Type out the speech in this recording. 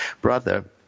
brother